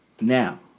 Now